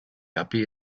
yuppie